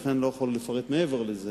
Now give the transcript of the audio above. לכן אני לא יכול לפרט מעבר לזה,